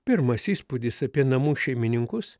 pirmas įspūdis apie namų šeimininkus